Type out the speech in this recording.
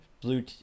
blue